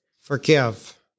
forgive